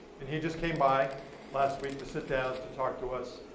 and he just came by last week to sit down to talk to us,